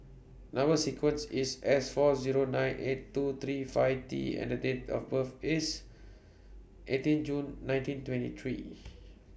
Number sequence IS S four Zero nine eight two three five T and The Date of birth IS eighteen June nineteen twenty three